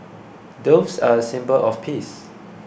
doves are a symbol of peace